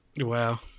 Wow